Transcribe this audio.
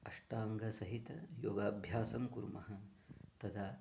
अष्टाङ्गसहितं योगाभ्यासं कुर्मः तदा